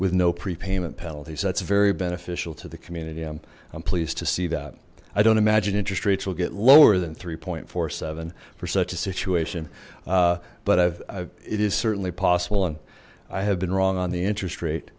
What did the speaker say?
with no prepayment penalties that's very beneficial to the community i'm i'm pleased to see that i don't imagine interest rates will get lower than three forty seven for such a situation but i've it is certainly possible and i have been wrong on the interest rate